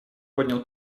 поднял